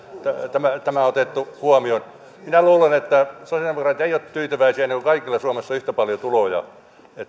tämä on tämä on otettu huomioon minä luulen että sosialidemokraatit eivät ole tyytyväisiä ennen kuin kaikilla suomessa on yhtä paljon tuloja